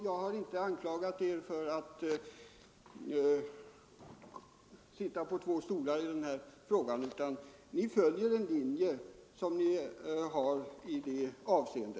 Jag har inte anklagat er för att sitta på två stolar i denna debatt, utan ni följer er tidigare linje i detta ärende.